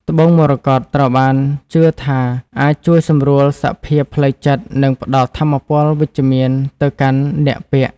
ត្បូងមរកតត្រូវបានជឿថាអាចជួយសម្រួលសភាពផ្លូវចិត្ត និងផ្តល់ថាមពលវិជ្ជមានទៅកាន់អ្នកពាក់។